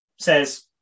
says